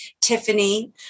Tiffany